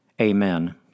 Amen